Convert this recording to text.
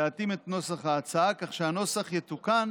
להתאים את הנוסח של ההצעה כך שהנוסח יתוקן